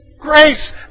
Grace